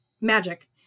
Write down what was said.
magic